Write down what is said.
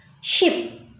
Ship